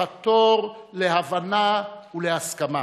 לחתור להבנה ולהסכמה.